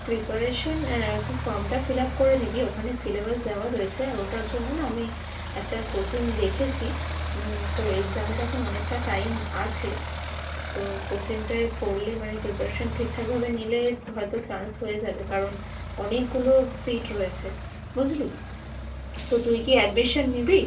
preparation তুই ফর্মটা fill up করে নিবি ওখানে সিলেবাস দেওয়া রয়েছে আর ওটার জন্য না আমি একটা কোচিং দেখেছি তো এক্সামের এখন অনেকটা টাইম আছে তো কোচিংটায় পড়লে মানে প্রিপারেশান ঠিকঠাকভাবে নিলে হয়তো চান্স হয়ে যাবে কারণ অনেকগুলো সিট রয়েছে বুঝলি তো তুই কি অ্যাডমিশান নিবি